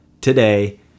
today